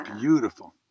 Beautiful